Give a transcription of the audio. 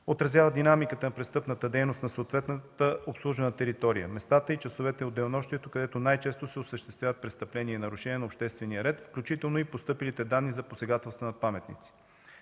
отразява динамиката на престъпната дейност на съответната обслужена територия, местата и часовете от денонощието, където най-често се осъществяват престъпления и нарушения на обществения ред, включително и постъпилите данни за посегателства над паметници.